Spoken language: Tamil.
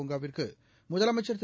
பூங்காவிற்குமுதலமைச்சா் திரு